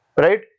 right